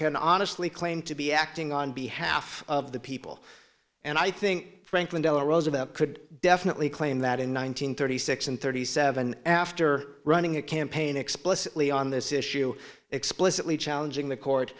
can honestly claim to be acting on behalf of the people and i think franklin delano roosevelt could definitely claim that in one nine hundred thirty six and thirty seven after running a campaign explicitly on this issue explicitly challenging the court